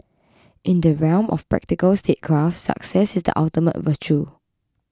in the realm of practical statecraft success is the ultimate virtue